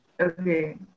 Okay